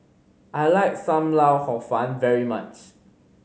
I like Sam Lau Hor Fun very much